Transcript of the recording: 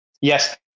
Yes